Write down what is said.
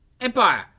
Empire